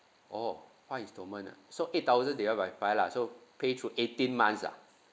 oh five installment ah so eight thousand divide by five lah so pay through eighteen months lah